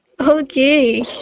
Okay